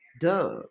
Duh